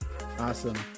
Awesome